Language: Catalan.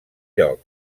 lloc